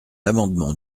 amendement